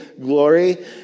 glory